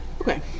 Okay